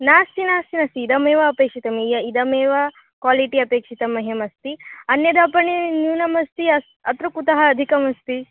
नास्ति नास्ति नास्ति इदमेव अपेक्षितं इदमेव क्वालिटि अपेक्षितं मह्यम् अस्ति अन्यद् आपणे न्यूनमस्ति अस् अत्र कुतः अधिकमस्ति